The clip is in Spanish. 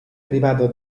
privado